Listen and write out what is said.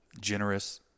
generous